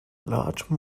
large